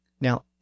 Now